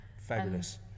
Fabulous